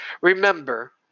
Remember